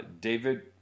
David